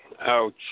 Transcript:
Ouch